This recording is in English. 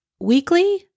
weekly